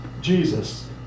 Jesus